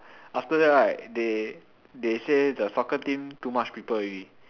after that right they they say the soccer team too much people already